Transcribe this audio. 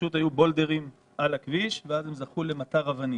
היו בולדרים על הכביש והם זכו למטר אבנים.